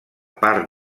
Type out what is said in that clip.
part